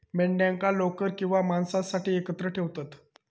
मेंढ्यांका लोकर किंवा मांसासाठी एकत्र ठेवतत